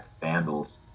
Vandals